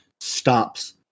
stops